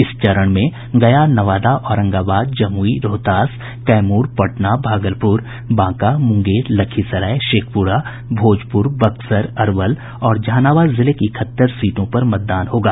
इस चरण में गया नवादा औरंगाबाद जमुई रोहतास कैमूर पटना भागलपुर बांका मुंगेर लखीसराय शेखपुरा भोजपुर बक्सर अरवल और जहानाबाद जिले की इकहत्तर सीटों पर मतदान होगा